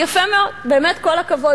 יפה מאוד, באמת כל הכבוד.